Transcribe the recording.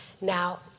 Now